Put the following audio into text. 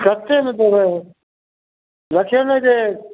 कत्ते मे देबै